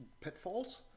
pitfalls